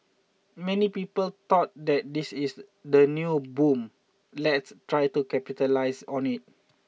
many people thought that this is the new boom let's try to capitalise on it